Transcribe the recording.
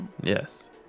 Yes